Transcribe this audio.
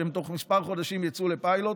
שהם בתוך כמה חודשים יצאו לפיילוט,